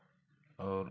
और